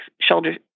shoulder